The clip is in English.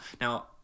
Now